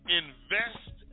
invest